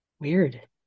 Weird